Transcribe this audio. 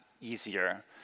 easier